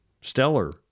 stellar